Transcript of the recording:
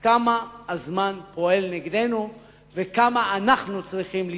כמה הזמן פועל נגדנו וכמה אנחנו צריכים ליזום,